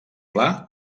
pla